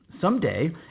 someday